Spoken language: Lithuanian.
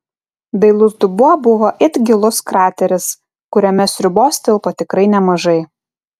dailus dubuo buvo it gilus krateris kuriame sriubos tilpo tikrai nemažai